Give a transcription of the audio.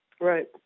Right